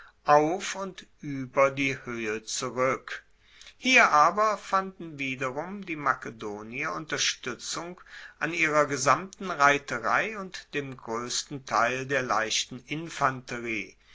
auf und ueber die hoehe zurueck hier aber fanden wiederum die makedonier unterstuetzung an ihrer gesamten reiterei und dem groessten teil der leichten infantrie